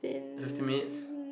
estimates